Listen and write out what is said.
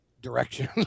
direction